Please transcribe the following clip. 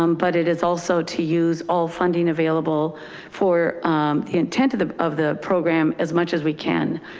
um but it is also to use all funding available for the intent of the, of the program, as much as we can,